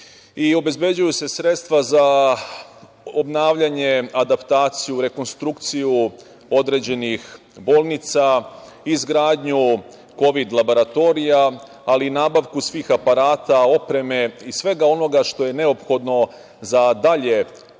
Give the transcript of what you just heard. obezbeđuju se sredstva za obnavljanje, adaptaciju, rekonstrukciju određenih bolnica, izgradnju kovid laboratorija, ali i nabavku svih aparata, opreme i svega onoga što je neophodno za dalje zaustavljanje